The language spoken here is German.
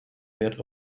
wert